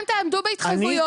אתם תעמדו בהתחייבויות שלכם.